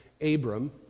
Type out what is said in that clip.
abram